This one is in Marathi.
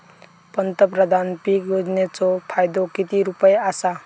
पंतप्रधान पीक योजनेचो फायदो किती रुपये आसा?